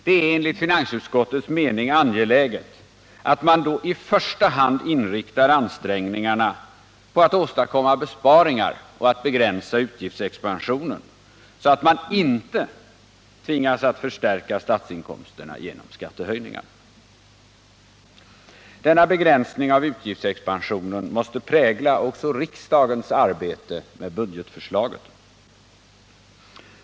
Det är enligt finansutskottets mening angeläget att man i första hand inriktar ansträngningarna på att åstadkomma besparingar och begränsa utgiftsexpansionen, så att man inte tvingas att förstärka statsinkomsterna genom skattehöjningar. Denna begränsning av utgiftsexpansionen måste prägla också riksdagens arbete med budgetförslaget.